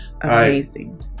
amazing